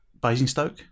Basingstoke